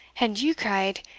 and you cried,